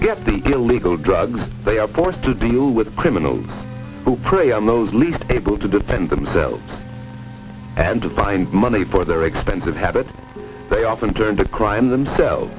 get the illegal drugs they are forced to deal with criminals who prey on those least able to defend themselves and to find money for their expensive habit they often turn to crime themselves